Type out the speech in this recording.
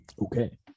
Okay